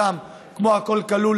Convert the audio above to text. כמו "הכול כלול",